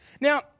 Now